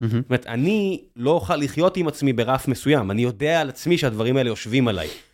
זאת אומרת, אני לא אוכל לחיות עם עצמי ברף מסוים, אני יודע על עצמי שהדברים האלה יושבים עליי.